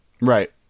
right